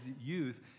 youth